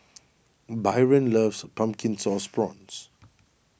Byron loves Pumpkin Sauce Prawns